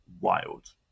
wild